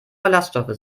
ballaststoffe